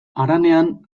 haranean